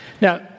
Now